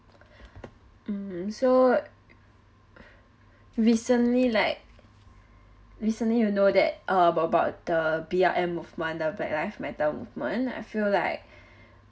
mm so recently like recently you know that about about the B_L_M movement the black lives matter movement I feel like